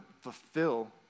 fulfill